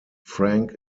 frank